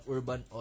Urban